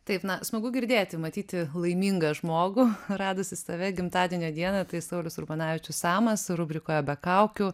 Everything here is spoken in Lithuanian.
taip na smagu girdėti matyti laimingą žmogų radusį tave gimtadienio dieną tai saulius urbonavičius samas rubrikoje be kaukių